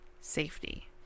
safety